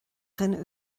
dhuine